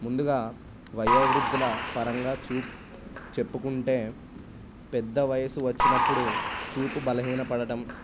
ముందుగా వయోవృద్ధుల పరంగా చూపు చెప్పుకుంటే పెద్ద వయసు వచ్చినప్పుడు చూపు బలహీన పడటం